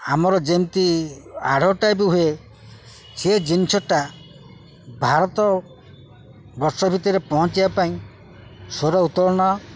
ଆମର ଯେମିତି ଆଡ଼ଭାଟାଇଜ୍ବି ହୁଏ ସେ ଜିନିଷଟା ଭାରତ ବର୍ଷ ଭିତରେ ପହଞ୍ଚିବା ପାଇଁ ସ୍ୱର ଉତ୍ତୋଳନ